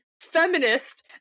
feminist